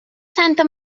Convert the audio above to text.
santa